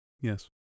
Yes